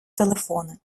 телефони